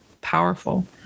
powerful